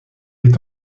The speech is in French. est